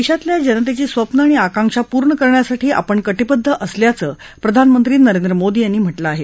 देशातल्या जनतेची स्वप्नं आणि आकांक्षा पूर्ण करण्यासाठी आपण कटिबद्ध असल्याचं प्रधानमंत्री नरेंद्र मोदी यांनी म्हटलं आहे